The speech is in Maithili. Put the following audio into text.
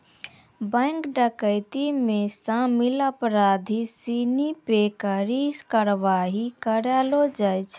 बैंक डकैती मे शामिल अपराधी सिनी पे कड़ी कारवाही करलो जाय छै